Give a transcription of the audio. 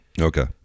Okay